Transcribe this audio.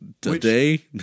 today